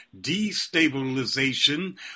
destabilization